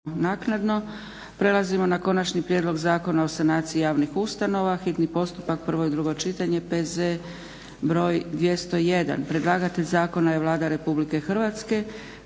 (SDP)** Prelazimo na –- Konačni prijedlog Zakona o sanaciji javnih ustanova, hitni postupak, prvo i drugo čitanje, P.Z. br. 201 Predlagatelj zakona je Vlada Republike Hrvatske,